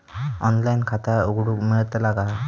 Online खाता उघडूक मेलतला काय?